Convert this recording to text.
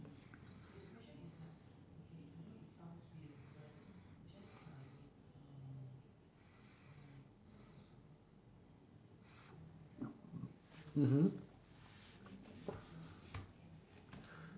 mmhmm